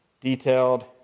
detailed